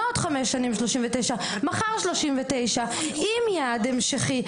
לא עוד חמש שנים 39. מחר 39. עם יעד המשכי.